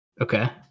Okay